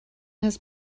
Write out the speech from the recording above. his